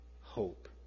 hope